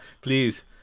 Please